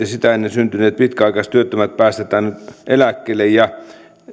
sitä ennen syntyneet pitkäaikaistyöttömät päästetään eläkkeelle